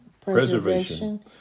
preservation